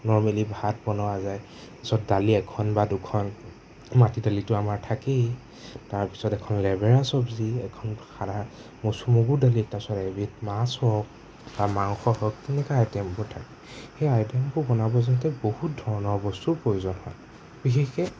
normally ভাত বনোৱা যায় য'ত দালি এখন বা দুখন মাটি দালিটো আমাৰ থাকেই তাৰ পাছত এখন লেবেৰা চব্জি এখন সাধা মচুৰ মগু দালি তাছত এবিধ মাছ হওক বা মাংস হওক তেনেকা আইটেমবোৰ থাকে সেই আইটোমবোৰ বনাব যাওঁতে বহুত ধৰণৰ বস্তুৰ প্ৰয়োজন হয় বিশেষকে